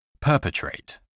Perpetrate